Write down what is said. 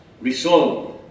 resolve